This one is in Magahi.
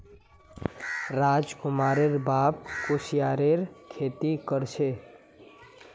राजकुमारेर बाप कुस्यारेर खेती कर छे